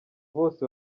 bose